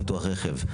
ביטוח רכב,